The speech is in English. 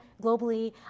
globally